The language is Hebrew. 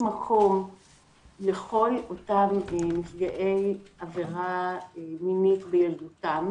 מקום לכל אותם נפגעי עבירה מינית בילדותם,